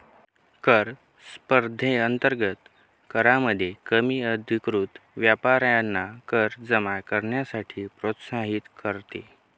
कर स्पर्धेअंतर्गत करामध्ये कमी अधिकृत व्यापाऱ्यांना कर जमा करण्यासाठी प्रोत्साहित करते